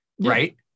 right